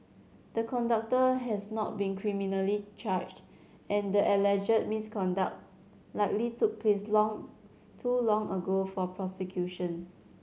the conductor has not been criminally charged and the alleged misconduct likely took place long too long ago for prosecution